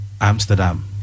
Amsterdam